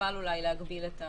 חבל להגביל את האפשרות.